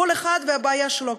כל אחד והבעיה שלו,